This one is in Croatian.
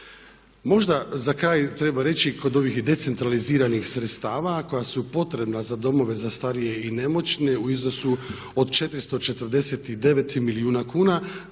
Možda za kraj treba reći kod ovih decentraliziranih sredstava koja su potrebna za domove za starije i nemoćne u iznosu od 449 milijuna kuna.